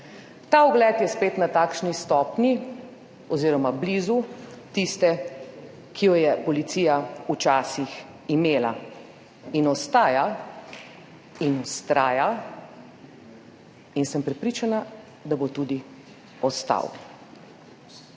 Ta ugled je spet na takšni stopnji oziroma blizu tiste, ki jo je policija imela včasih. In ostaja in vztraja in sem prepričana, da bo tudi ostal.